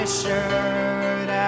shirt